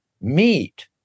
meat